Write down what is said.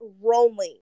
rolling